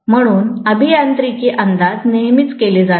म्हणून अभियांत्रिकी अंदाज नेहमीच केले जातात